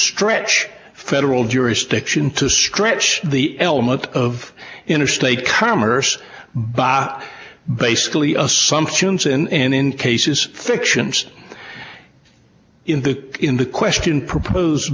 stretch federal jurisdiction to stretch the element of interstate commerce but basically assumptions and in cases fictions in the in the question propose